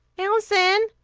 alison!